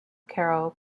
carroll